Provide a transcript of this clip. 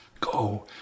go